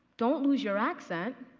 don't lose your accent,